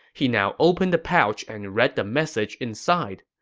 he now opened the pouch and read the message inside.